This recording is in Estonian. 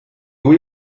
kui